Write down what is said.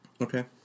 Okay